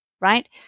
right